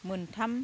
मोनथाम